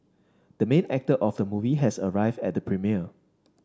the main actor of the movie has arrived at the premiere